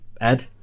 Ed